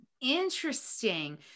Interesting